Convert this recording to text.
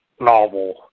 novel